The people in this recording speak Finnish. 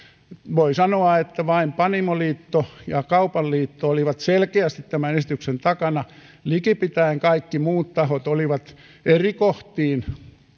voin sanoa että vain panimoliitto ja kaupan liitto olivat selkeästi tämän esityksen takana likipitäen kaikki muut tahot olivat eri kohtiin